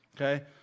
Okay